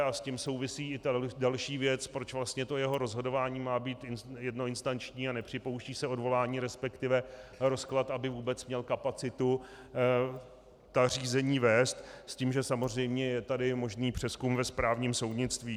A s tím souvisí i další věc, proč vlastně jeho rozhodování má být jednoinstanční a nepřipouští se odvolání, resp. rozklad, aby vůbec měl kapacitu ta řízení vést, s tím, že samozřejmě je tady možný přezkum ve správním soudnictví.